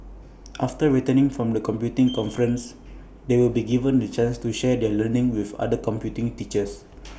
after returning from the computing conference they will be given the chance to share their learning with other computing teachers